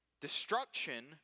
Destruction